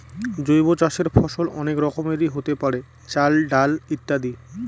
জৈব চাষের ফসল অনেক রকমেরই হতে পারে, চাল, ডাল ইত্যাদি